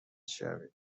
شوید